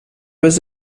was